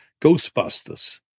Ghostbusters